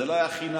זה לא היה חינם.